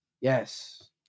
Yes